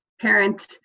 parent